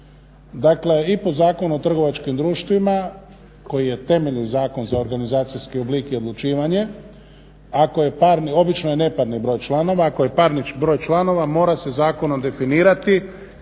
Dakle i po Zakonu o trgovačkim društvima koji je temeljni zakon za organizacijski oblik i odlučivanje, ako je parni, obično je neparni broj članova, ako je parni broj članova mora se zakonom definirati